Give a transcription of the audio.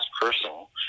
personal